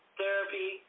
therapy